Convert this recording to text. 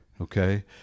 Okay